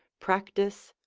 practice,